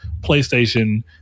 PlayStation